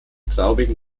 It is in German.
traubigen